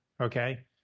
Okay